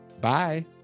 Bye